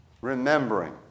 Remembering